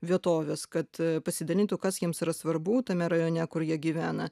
vietovės kad pasidalintų kas jiems yra svarbu tame rajone kur jie gyvena